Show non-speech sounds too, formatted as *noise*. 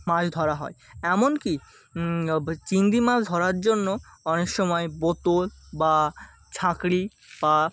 মাছ ধরা হয় এমনকি *unintelligible* চিংড়ি মাছ ধরার জন্য অনেক সময় বোতল বা ছাঁকড়ি বা